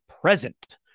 present